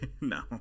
No